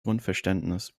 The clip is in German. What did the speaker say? grundverständnis